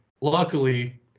luckily